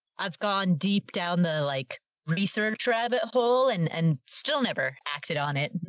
i've gone deep down the like research rabbit hole and and still never acted on it.